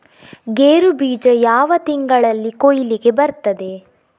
ಗೇರು ಬೀಜ ಯಾವ ತಿಂಗಳಲ್ಲಿ ಕೊಯ್ಲಿಗೆ ಬರ್ತದೆ?